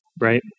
right